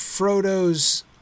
Frodo's